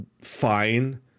fine